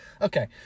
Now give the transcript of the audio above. Okay